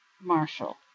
Marshall